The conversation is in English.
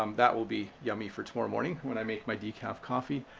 um that will be yummy for tomorrow morning, when i make my decaf coffee.